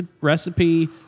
recipe